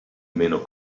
meno